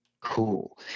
cool